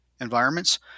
environments